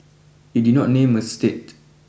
it did not name a state